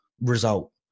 Result